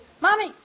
Mommy